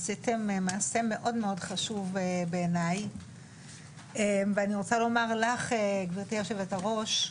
עשיתם מעשה מאוד חשוב בעיני ואני רוצה לומר לך גבירתי היו"ר,